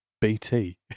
BT